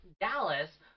Dallas